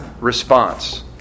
response